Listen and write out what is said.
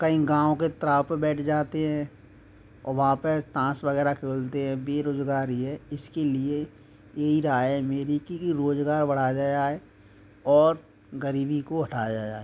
कहीं गाँव के तिराहे पे बैठ जाते हैं ओ वहाँ पे ताश वगैरह खेलते हैं बेरोजगारी है इसके लिए यही राय है मेरी कि रोजगार बढ़ाया जाए और गरीबी को हटाया जाए